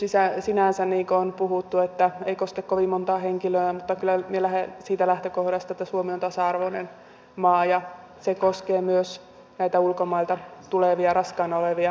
marginaalinen kysymys sinänsä niin kun on puhuttu ei koske kovin montaa henkilöä mutta kyllä minä lähden siitä lähtökohdasta että suomi on tasa arvoinen maa ja se koskee myös näitä ulkomailta tulevia raskaana olevia äitejä